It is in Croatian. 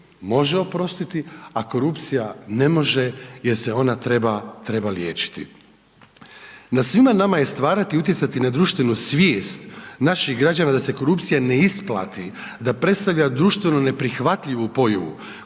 može oprostit, a korupcija ne može jer se ona treba liječiti. Na svima nama je stvarati i utjecati na društvenu svijet, naših građana, da se korupcija ne isplati, da predstavlja društvenu neprihvatljivu boju,